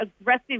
aggressive